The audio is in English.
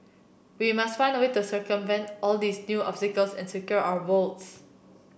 we must find a way to circumvent all these new obstacles and secure our votes